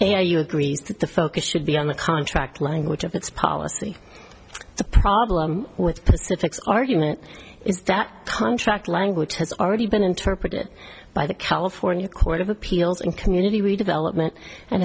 are you agree that the focus should be on the contract language of its policy the problem with the facts argument is that contract language has already been interpreted by the california court of appeals in community redevelopment and